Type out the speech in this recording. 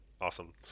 awesome